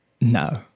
No